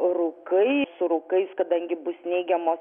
rūkai su rūkais kadangi bus neigiamos